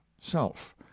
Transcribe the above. self